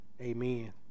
Amen